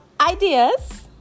ideas